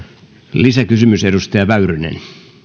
lisäkysymys edustaja väyrynen